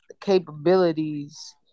capabilities